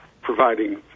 providing